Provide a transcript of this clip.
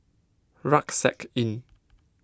Rucksack Inn